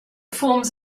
forms